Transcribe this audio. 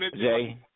Jay